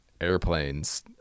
airplanes